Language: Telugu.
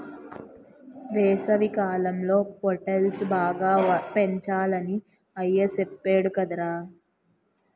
వేసవికాలంలో పొటల్స్ బాగా పెంచాలని అయ్య సెప్పేడు కదరా